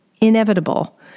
Inevitable